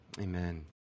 amen